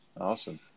Awesome